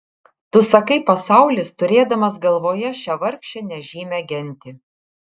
tu sakai pasaulis turėdamas galvoje šią vargšę nežymią gentį